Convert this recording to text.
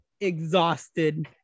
exhausted